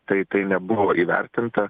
tai tai nebuvo įvertinta